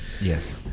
Yes